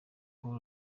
paul